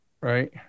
Right